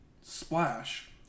splash